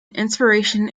inspiration